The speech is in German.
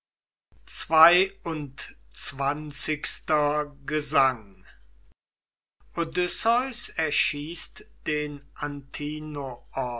xxii gesang odysseus erschießt den